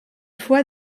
fois